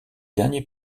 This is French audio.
derniers